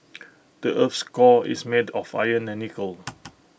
the Earth's core is made of iron and nickel